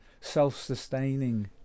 self-sustaining